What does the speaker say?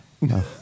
No